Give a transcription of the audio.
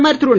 பிரதமர் திரு